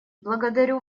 благодарю